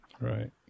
Right